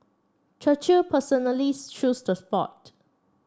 Churchill personally chose the spot